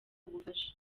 ubufasha